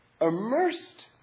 immersed